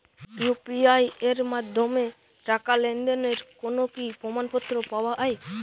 UPI এর মাধ্যমে টাকা লেনদেনের কোন কি প্রমাণপত্র পাওয়া য়ায়?